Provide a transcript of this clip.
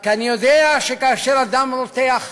כי אני יודע שכאשר הדם רותח,